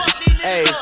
hey